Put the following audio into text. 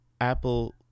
Apple